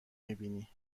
میبینی